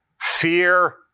fear